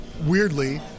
weirdly